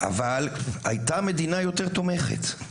אבל הייתה מדינה יותר תומכת.